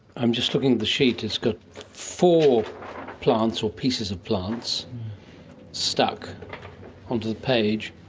i'm just looking at the sheet. it's got four plants or pieces of plants stuck onto the page,